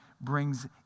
brings